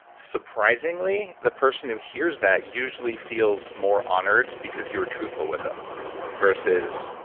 surprisingly, the person who hears that, usually feels more honored because you're truthful with them versus,